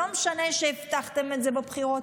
לא משנה שהבטחתם את זה בבחירות,